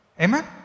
Amen